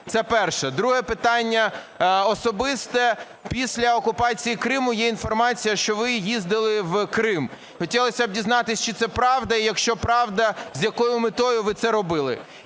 Це перше. Друге питання – особисте. Після окупації Криму, є інформація, що ви їздили в Крим. Хотілося б дізнатись, чи це правда і якщо правда, з якою метою ви це робили?